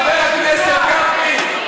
חבר הכנסת גפני,